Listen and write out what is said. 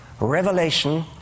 revelation